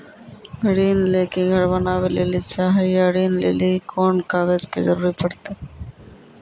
ऋण ले के घर बनावे लेली चाहे या ऋण लेली कोन कागज के जरूरी परतै?